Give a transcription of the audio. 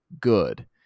good